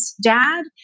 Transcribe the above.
dad